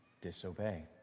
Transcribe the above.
disobey